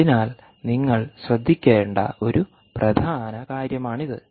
അതിനാൽ നിങ്ങൾ ശ്രദ്ധിക്കേണ്ട ഒരു പ്രധാന കാര്യമാണിത്